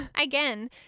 Again